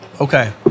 Okay